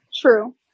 True